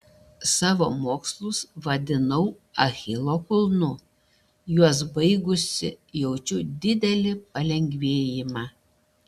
savo mokslus vadinau achilo kulnu juos baigusi jaučiu didelį palengvėjimą